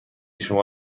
شما